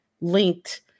linked